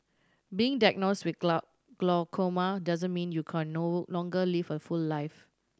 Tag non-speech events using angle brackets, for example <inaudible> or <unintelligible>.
being diagnosed with <unintelligible> glaucoma doesn't mean you can no longer live a full life